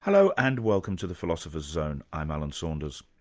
hello and welcome to the philosopher's zone, i'm alan saunders.